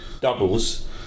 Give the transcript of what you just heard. doubles